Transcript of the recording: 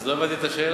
אז לא הבנתי את השאלה.